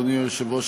אדוני היושב-ראש,